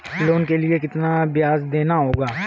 Loan के लिए कितना ब्याज देना होगा?